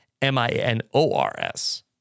M-I-N-O-R-S